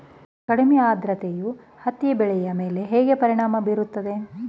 ಕಡಿಮೆ ಆದ್ರತೆಯು ಹತ್ತಿ ಬೆಳೆಯ ಮೇಲೆ ಹೇಗೆ ಪರಿಣಾಮ ಬೀರುತ್ತದೆ?